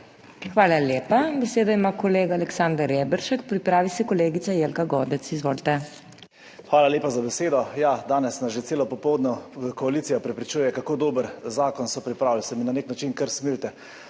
Hvala lepa. Besedo ima kolega Aleksander Reberšek, pripravi se kolegica Jelka Godec. Izvolite. **ALEKSANDER REBERŠEK (PS NSi):** Hvala lepa za besedo. Danes nas že celo popoldne koalicija prepričuje, kako dober zakon so pripravili. Se mi na nek način kar smilite.